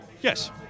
Yes